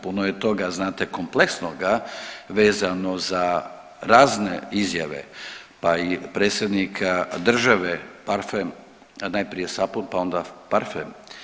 Puno je toga, znate kompleksnoga vezano za razne izjave, pa i predsjednika države parfem, najprije sapun, pa ona parfem.